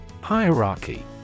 Hierarchy